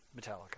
Metallica